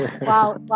Wow